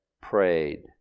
prayed